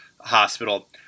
Hospital